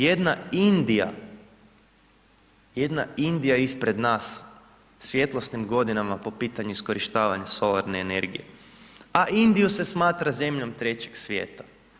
Jedna Indija, jedna Indija ispred nas, svjetlosnim godinama po pitanju iskorištavanja solarne energije a Indiju se smatra zemljom trećeg svijeta.